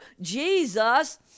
Jesus